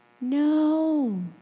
No